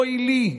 אוי לי,